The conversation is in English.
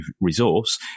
resource